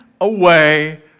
away